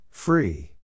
Free